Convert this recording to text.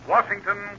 Washington